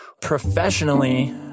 professionally